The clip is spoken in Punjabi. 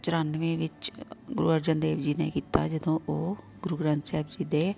ਚੁਰਾਨਵੇਂ ਵਿੱਚ ਗੁਰੂ ਅਰਜਨ ਦੇਵ ਜੀ ਨੇ ਕੀਤਾ ਜਦੋਂ ਉਹ ਗੁਰੂ ਗ੍ਰੰਥ ਸਾਹਿਬ ਜੀ ਦੇ